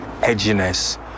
edginess